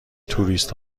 توریست